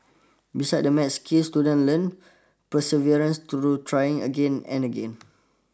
beside the math skill student learn perseverance through trying again and again